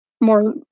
more